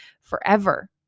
forever